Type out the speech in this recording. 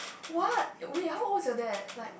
what wait how old is your dad like